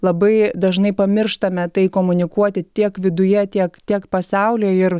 labai dažnai pamirštame tai komunikuoti tiek viduje tiek tiek pasaulyje ir